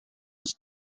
was